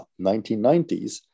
1990s